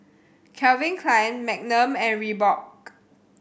Calvin Klein Magnum and Reebok